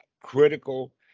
critical